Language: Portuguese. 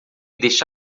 deixe